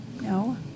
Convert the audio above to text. No